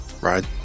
ride